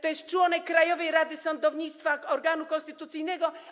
To jest członek Krajowej Rady Sądownictwa, organu konstytucyjnego.